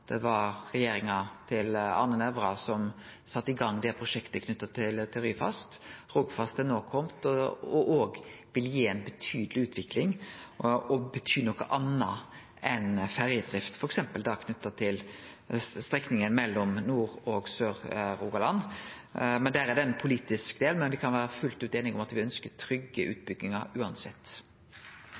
var det regjeringa til Arne Nævra som sette i gong prosjektet knytt til Ryfast. Rogfast er no kome og vil òg gi ei betydeleg utvikling og bety noko anna enn ferjedrift, f.eks. knytt til strekninga mellom Nord- og Sør-Rogaland. Der er det ein politisk del, men me kan vere fullt ut einige om at me uansett ønsker trygge utbyggingar.